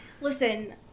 listen